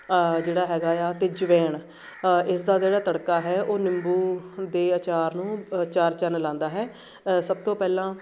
ਜਿਹੜਾ ਹੈਗਾ ਆ ਅਤੇ ਜਵੈਣ ਇਸਦਾ ਜਿਹੜਾ ਤੜਕਾ ਹੈ ਉਹ ਨਿੰਬੂ ਦੇ ਅਚਾਰ ਨੂੰ ਚਾਰ ਚੰਨ ਲਾਉਂਦਾ ਹੈ ਸਭ ਤੋਂ ਪਹਿਲਾਂ